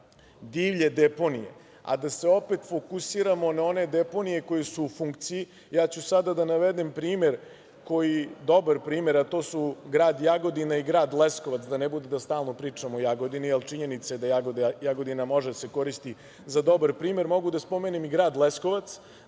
divlje deponije, a da se opet fokusiramo na one deponije koje su u funkciji. Ja ću sada da navedem dobar primer, a to su grad Jagodina i grad Leskovac, da ne bude da stalno pričamo o Jagodini, ali činjenica je da Jagodina može da se koristi za dobar primer. Mogu da spomenem i grad Leskovac